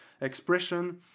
expression